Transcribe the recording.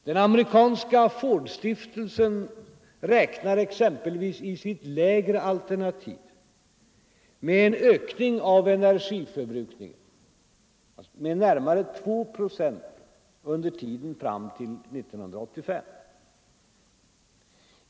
Den amerikanska Fordstiftelsen räknar exempelvis i sitt lägre alternativ med en ökning av energiförbrukningen med närmare 2 procent under tiden fram till 1985.